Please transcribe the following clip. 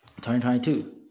2022